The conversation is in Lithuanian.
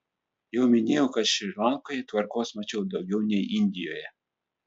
jau minėjau kad šri lankoje tvarkos mačiau daugiau nei indijoje